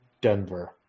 Denver